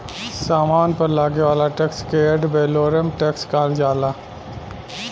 सामान पर लागे वाला टैक्स के एड वैलोरम टैक्स कहल जाला